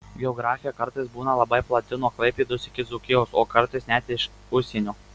geografija kartais būna labai plati nuo klaipėdos iki dzūkijos o kartais net iš užsienio